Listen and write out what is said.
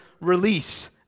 release